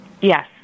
Yes